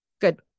Good